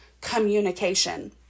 communication